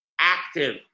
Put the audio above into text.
active